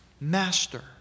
Master